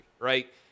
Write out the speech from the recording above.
right